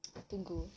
I want to go